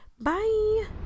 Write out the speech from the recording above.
Bye